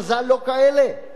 אתם בהכרזה לא שם,